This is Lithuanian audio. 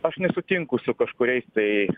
aš nesutinku su kažkuriais tai